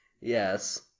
Yes